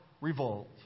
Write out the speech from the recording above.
revolt